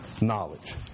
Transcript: Knowledge